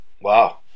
Wow